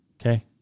Okay